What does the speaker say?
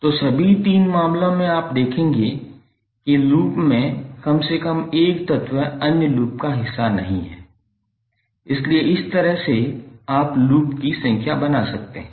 तो सभी तीन मामलों में आप देखेंगे कि लूप में कम से कम एक तत्व अन्य लूप का हिस्सा नहीं है इसलिए इस तरह से आप लूप की संख्या बना सकते हैं